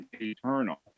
eternal